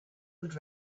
would